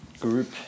Group